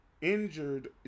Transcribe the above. injured